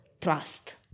trust